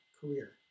career